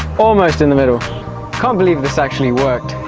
almost in the middle i can't believe this actually worked!